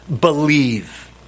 believe